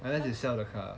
unless they sell their car